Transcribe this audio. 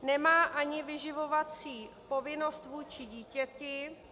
Nemá ani vyživovací povinnost vůči dítěti.